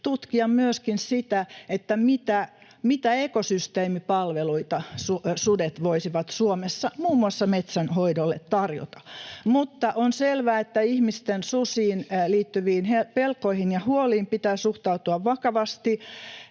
tutkia myöskin sitä, mitä ekosysteemipalveluita sudet voisivat Suomessa muun muassa metsänhoidolle tarjota, mutta on selvä, että ihmisten susiin liittyviin pelkoihin ja huoliin pitää suhtautua vakavasti.